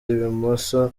ibumoso